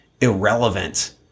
irrelevant